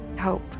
Hope